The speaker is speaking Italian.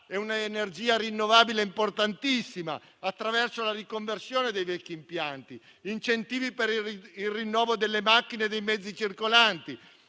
e un'energia rinnovabile importantissima, attraverso la riconversione dei vecchi impianti. Abbiamo chiesto incentivi per il rinnovo delle macchine e dei mezzi circolanti,